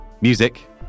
Music